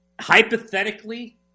Hypothetically